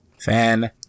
fan